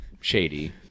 shady